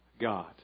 God